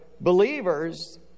believers